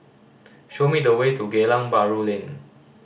show me the way to Geylang Bahru Lane